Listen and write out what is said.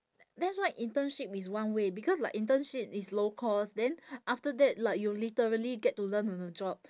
that's why internship is one way because like internship is low cost then after that like you literally get to learn on the job